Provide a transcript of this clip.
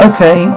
Okay